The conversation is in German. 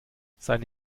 seine